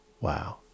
wow